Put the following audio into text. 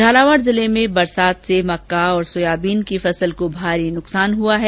झालावाड जिले में बरसात से मक्का और सोयाबीन की फसल को भारी नुकसान हुआ है